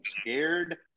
scared